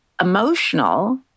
emotional